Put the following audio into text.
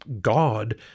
God